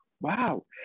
wow